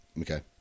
okay